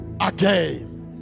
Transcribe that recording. again